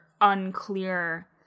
unclear